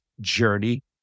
journey